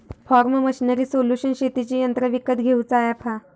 form machinery solution शेतीची यंत्रा विकत घेऊचा अॅप हा